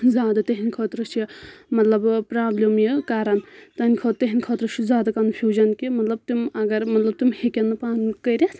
زن نہٕ تِہِند خٲطرٕ چھِ مطلب پرابلِم یہِ کران تہٕ تِہنٛدِ خٲطرٕ چھُ زیادٕ کَنفیوٗجن کہِ مطلب تِم اگر مطلب تِم ہیٚکن نہٕ پانہٕ کٔرِتھ